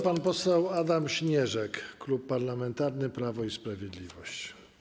Pan poseł Adam Śnieżek, Klub Parlamentarny Prawo i Sprawiedliwość.